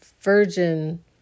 virgin